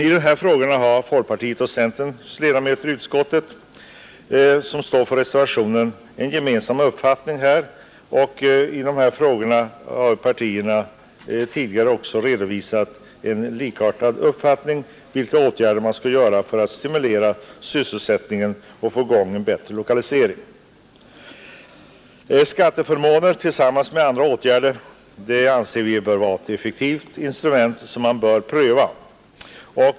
I de här frågorna har folkpartiets och centerns ledamöter i utskottet, vilka står bakom reservationen, en gemensam uppfattning och härvidlag har partierna också tidigare redovisat en likartad uppfattning beträffande de åtgärder som bör vidtagas för att stimulera sysselsättningen och få i gång en bättre lokalisering. Skatteförmåner tillsammans med andra åtgärder anser vi vara ett effektivt instrument som man bör prövas.